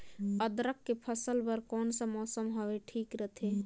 अदरक के फसल बार कोन सा मौसम हवे ठीक रथे?